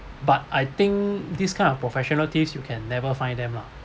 but I think this kind of professional thieves you can never find them lah